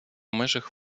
межах